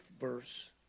verse